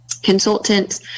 consultants